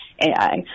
AI